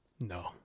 No